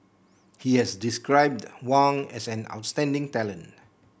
he has described Wang as an outstanding talent